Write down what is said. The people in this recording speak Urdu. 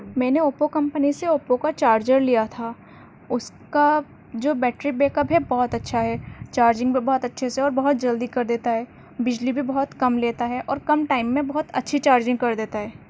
میں نے اوپو کمپنی سے اوپو کا چارجر لیا تھا اس کا جو بیٹری بیک اپ ہے بہت اچھا چارجنگ بھی بہت اچھے سے اور بہت جلدی کر دیتا ہے بجلی بھی بہت کم لیتا ہے اور کم ٹائم میں بہت اچھی چارجنگ کر دیتا ہے